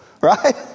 right